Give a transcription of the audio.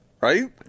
Right